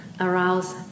arouse